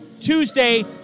Tuesday